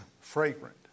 fragrant